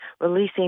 releasing